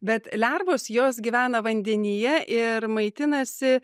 bet lervos jos gyvena vandenyje ir maitinasi